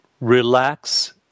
relax